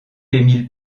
émile